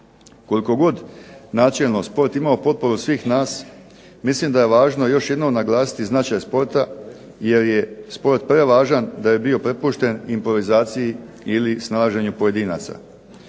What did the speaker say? Koliko god načelno sport imao potporu svih nas mislim da je važno još jednom naglasiti značaj sporta jer je sport prevažan da bio prepušten improvizaciji ili snalaženju pojedinaca.